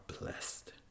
blessed